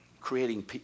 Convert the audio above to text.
creating